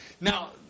Now